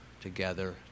together